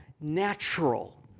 natural